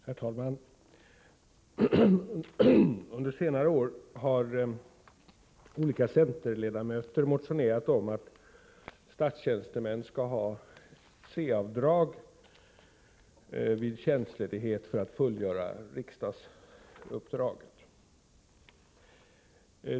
Herr talman! Under senare år har olika centerledamöter motionerat om att statstjänstemän skall ha C-avdrag vid tjänstledighet för att fullgöra riksdagsuppdrag.